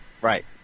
Right